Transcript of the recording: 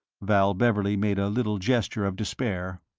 val beverley made a little gesture of despair.